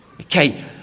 okay